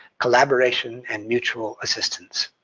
collaboration and mutual assistance.